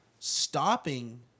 Stopping